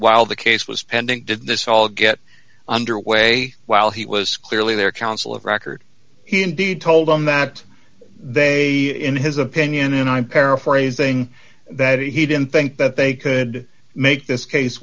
while the case was pending did this all get underway while he was clearly their counsel of record he indeed told them that they in his opinion and i'm paraphrasing that he didn't think that they could make this case